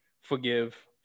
forgive